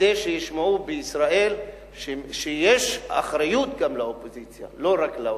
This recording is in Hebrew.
כדי שישמעו בישראל שיש אחריות גם לאופוזיציה ולא רק לקואליציה.